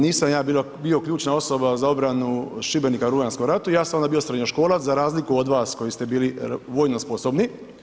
Nisam ja bio ključna osoba za obranu Šibenika u Rujanskom ratu, ja sam onda bio srednjoškolac, za razliku od vas koji ste bili vojno sposobni.